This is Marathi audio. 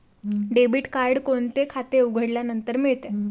डेबिट कार्ड कोणते खाते उघडल्यानंतर मिळते?